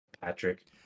Patrick